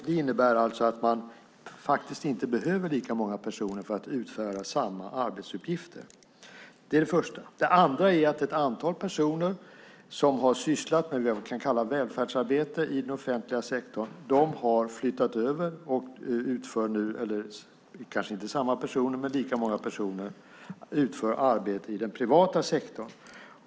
Det innebär att man inte behöver lika många personer för att utföra samma arbetsuppgifter. Det är det första. Det andra är att ett antal personer som har sysslat med det vi kan kalla välfärdsarbete i den offentliga sektorn har flyttat över och utför nu - det är kanske inte samma personer men lika många personer - arbete i den privata sektorn.